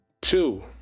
Two